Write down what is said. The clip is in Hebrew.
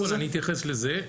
אני אתייחס לזה,